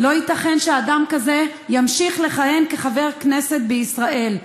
לא ייתכן שאדם כזה ימשיך לכהן כחבר בכנסת בישראל,